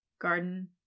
garden